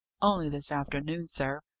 only this afternoon, sir.